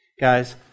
Guys